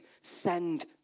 Send